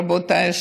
רבותיי,